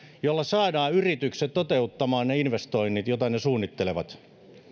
joilla saadaan yritykset toteuttamaan ne investoinnit joita ne suunnittelevat